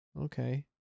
Okay